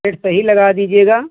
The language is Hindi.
रेट सही लगा दीजिएगा